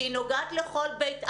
שהיא נוגעת לכל בית אב,